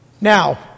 Now